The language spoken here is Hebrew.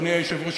אדוני היושב-ראש,